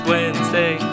Wednesday